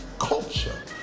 culture